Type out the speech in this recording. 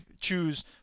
choose